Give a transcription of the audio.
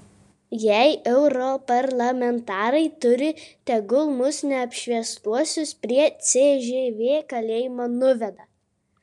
jei europarlamentarai turi tegul mus neapšviestuosius prie cžv kalėjimo nuveda